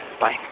bye